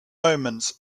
omens